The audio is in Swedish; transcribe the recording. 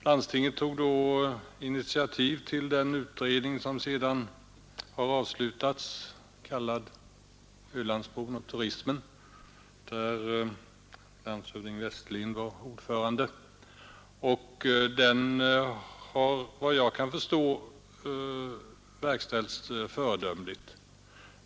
Landstinget tog då initiativ till den utredning som sedan har avslutats, kallad Ölandsbron och turismen, där landshövding Westerlind var ordförande. Den har enligt vad jag kan förstå verkställts föredömligt.